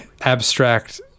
abstract